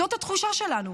זאת התחושה שלנו,